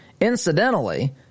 incidentally